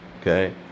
Okay